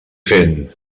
fent